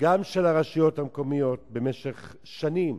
גם של הרשויות המקומיות, במשך שנים.